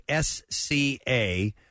SCA